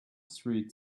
street